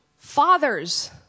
Fathers